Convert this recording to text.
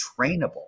trainable